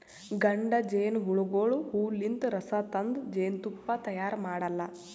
ಗಂಡ ಜೇನಹುಳಗೋಳು ಹೂವಲಿಂತ್ ರಸ ತಂದ್ ಜೇನ್ತುಪ್ಪಾ ತೈಯಾರ್ ಮಾಡಲ್ಲಾ